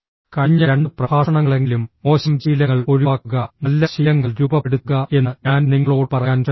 കഴിഞ്ഞ രണ്ട് പ്രഭാഷണങ്ങളെങ്കിലും മോശം ശീലങ്ങൾ ഒഴിവാക്കുക നല്ല ശീലങ്ങൾ രൂപപ്പെടുത്തുക എന്ന് ഞാൻ നിങ്ങളോട് പറയാൻ ശ്രമിക്കുന്നു